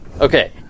Okay